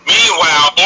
Meanwhile